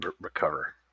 Recover